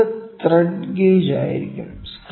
അടുത്തത് thread gauge ആയിരിക്കും